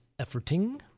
Efforting